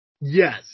Yes